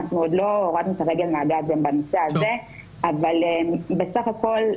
עוד לא הורדנו את הרגל מהגז גם בנושא הזה אבל בסך הכל,